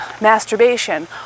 masturbation